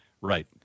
Right